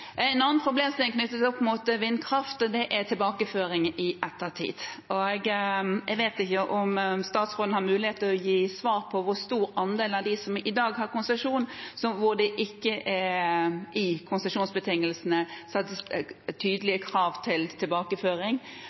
En annen problemstilling knyttet til vindkraft er tilbakeføring i ettertid. Jeg vet ikke om statsråden har mulighet til å svare på hvor stor andel av dem som i dag har konsesjon, som har konsesjonsbetingelser hvor det ikke settes tydelige krav til tilbakeføring, men er det muligheter og hjemmel for å stille strengere krav